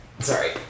Sorry